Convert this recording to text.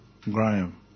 Graham